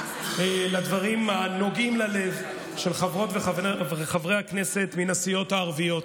לדברים הנוגעים ללב של חברות וחברי הכנסת מן הסיעות הערביות.